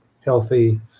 healthy